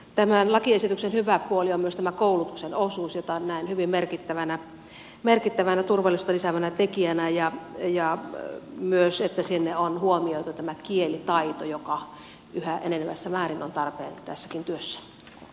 tämän lakiesityksen hyvä puoli on myös tämä koulutuksen osuus jonka näen hyvin merkittävänä turvallisuutta lisäävänä tekijänä ja myös se että siellä on huomioitu tämä kielitaito joka yhä enenevässä määrin on tarpeen tässäkin työssä